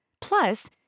Plus